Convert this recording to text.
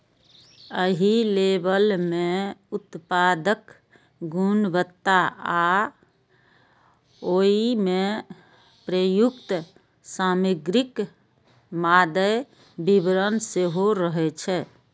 एहि लेबल मे उत्पादक गुणवत्ता आ ओइ मे प्रयुक्त सामग्रीक मादे विवरण सेहो रहै छै